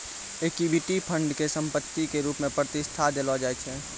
equity fund के संपत्ति के रुप मे प्रतिष्ठा देलो जाय छै